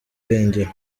irengero